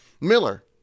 Miller